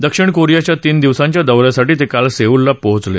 दक्षिण कोरियाच्या तीन दिवसांच्या दौ यासाठी ते काल सेऊलला पोचले